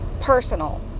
personal